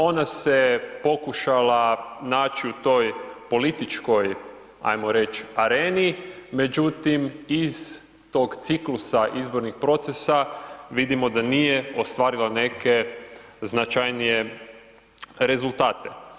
Ona se pokušala naći u toj političkoj hajmo reći areni, međutim iz tog ciklusa izbornih procesa vidimo da nije ostvarila neke značajnije rezultate.